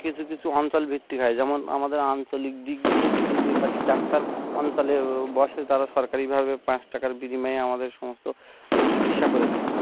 কিছু কিছু অঞ্চলভিত্তিক হয় যেমন আমাদের আঞ্চলিক দিক দিয়ে কিছু হোমিওপ্যাথি ডাক্তার অঞ্চলে বসে তারা সরকারিভাবে পাঁচ টাকার বিনিময়ে আমাদের সমস্ত ও চিকিৎসা করে থাকে